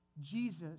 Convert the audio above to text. Jesus